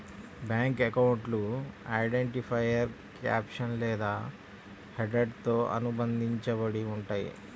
bank అకౌంట్లు identifier caption లేదా హెడర్తో అనుబంధించబడి ఉంటయ్యి